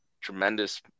tremendous